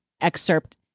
excerpt